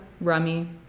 Rummy